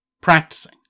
practicing